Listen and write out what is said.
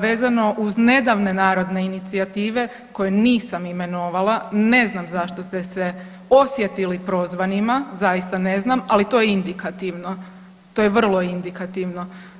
vezano uz nedavne narodne inicijative koje nisam imenovala, ne znam zašto ste se osjetili prozvanima, zaista ne znam, ali to je indikativno, to je vrlo indikativno.